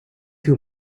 too